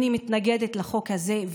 אני מתנגדת לחוק הזה.